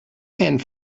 and